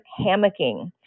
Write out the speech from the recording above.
hammocking